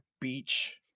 beach